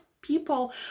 people